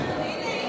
הנה היא.